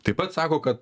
taip pat sako kad